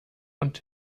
und